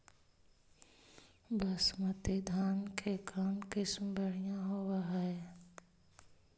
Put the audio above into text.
बासमती धान के कौन किसम बँढ़िया होब है?